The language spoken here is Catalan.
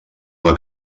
una